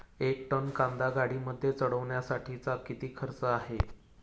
एक टन कांदा गाडीमध्ये चढवण्यासाठीचा किती खर्च आहे?